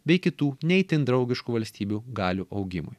bei kitų ne itin draugiškų valstybių galių augimui